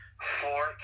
four